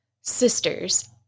sisters